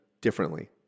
differently